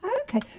okay